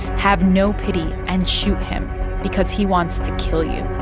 have no pity and shoot him because he wants to kill you.